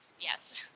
Yes